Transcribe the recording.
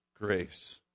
grace